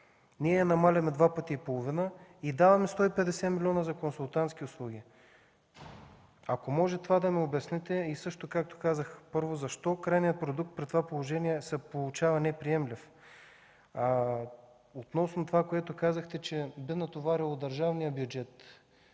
Ние я намаляваме два пъти и половина и даваме 150 милиона за консултантски услуги. Ако може да ми обясните това? И също, както казах, първо, защо крайният продукт при това положение се получава неприемлив? Относно това, което казахте, че допълнителното